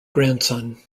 grandson